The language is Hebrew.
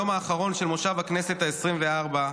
היום האחרון של מושב הכנסת העשרים-וארבע,